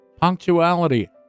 punctuality